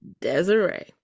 Desiree